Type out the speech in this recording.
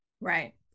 Right